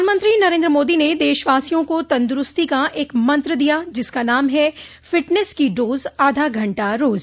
प्रधानमंत्री नरेन्द्र मोदो ने देशवासियों को तंदुरूस्ती का एक मंत्र दिया जिसका नाम है फिटनेस की डोज आधा घंटा रोज